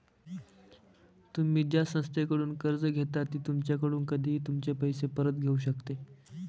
तुम्ही ज्या संस्थेकडून कर्ज घेता ती तुमच्याकडून कधीही तुमचे पैसे परत घेऊ शकते